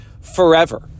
forever